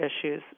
issues